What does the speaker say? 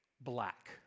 black